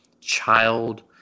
child